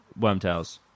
Wormtails